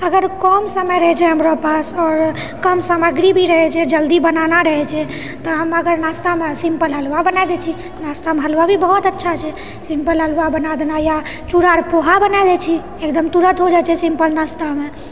अगर कम समय रहै छै हमरा पास आओर कम सामग्री भी रहै छै जल्दी बनाना रहै छै तऽ हम अगर नास्तामे सिम्पल हलवा बनाए दए छी नाश्तामे हलवा भी बहुत अच्छा होइ छै सिम्पल हलवा बना देनाए या चूड़ा आर पोहा बनाए दए छी एकदम तुरत हो जाइ छै सिम्पल नाश्तामे